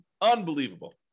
Unbelievable